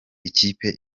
ikipe